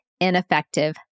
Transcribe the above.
ineffective